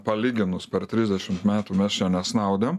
palyginus per trisdešimt metų mes čia nesnaudėm